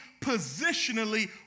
positionally